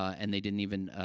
and they didn't even,